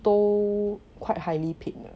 都 quite highly paid